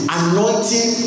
anointing